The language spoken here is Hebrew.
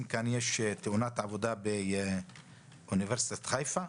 כאן יש תאונת עבודה באוניברסיטת חיפה,